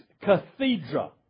cathedra